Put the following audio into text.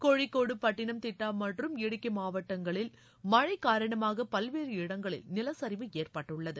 Kozhikode Pathanamthitta மற்றும் இடுக்கி மாவட்டங்களில் மழை காரணமாக பல்வேறு இடங்களில் நிலச்சரிவு ஏற்பட்டுள்ளது